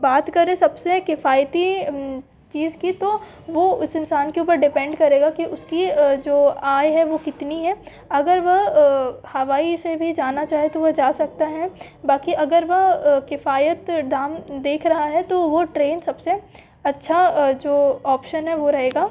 बात करें सब से किफ़ायती चीज़ की तो वो उस इंसान के ऊपर डिपेंड करेगा कि उसकी जो आय है वो कितनी है अगर वह हवाई से भी जाना चाहे तो वह जा सकता है बाक़ी अगर वह किफ़ायत दाम देख रहा है तो वो ट्रेन सब से अच्छा जो ऑप्शन है वो रहेगा